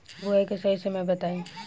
बुआई के सही समय बताई?